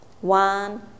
one